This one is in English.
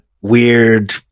weird